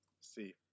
see